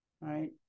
right